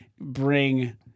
bring